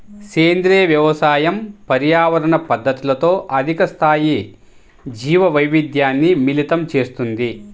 సేంద్రీయ వ్యవసాయం పర్యావరణ పద్ధతులతో అధిక స్థాయి జీవవైవిధ్యాన్ని మిళితం చేస్తుంది